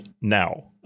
now